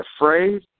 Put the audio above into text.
afraid